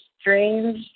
Strange